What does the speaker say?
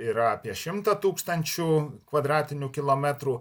yra apie šimtą tūkstančių kvadratinių kilometrų